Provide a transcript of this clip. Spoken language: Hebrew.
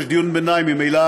ממילא